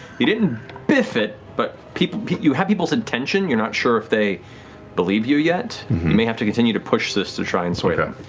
you didn't biff it, but people you have people's attention. you're not sure if they believe you yet. you may have to continue to push this to try and sway them.